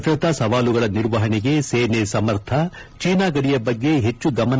ಭದ್ರತಾ ಸವಾಲುಗಳ ನಿರ್ವಹಣೆಗೆ ಸೇನೆ ಸಮರ್ಥ ಚೀನಾ ಗಡಿಯ ಬಗ್ಗೆ ಹೆಚ್ಚು ಗಮನ